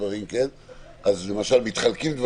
הדברים נחלקים,